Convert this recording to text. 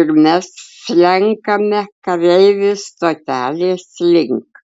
ir mes slenkame kareivių stotelės link